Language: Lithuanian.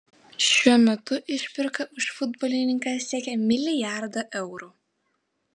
šiuo metu išpirka už futbolininką siekia milijardą eurų